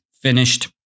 finished